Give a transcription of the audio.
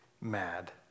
mad